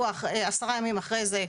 עשרה ימים אחרי זה,